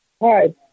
Hi